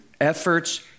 efforts